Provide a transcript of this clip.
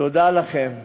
תודה לכם.